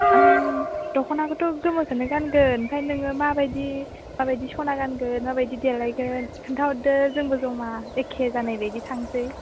आं दखनाखौथ' गोमोखौनो गानगोन ओमफ्राय नोङो माबायदि माबायदि सना गानगोन माबायदि देलायगोन खिन्थाहरदो जोंबो जमा एखे जानायबायदि थांसै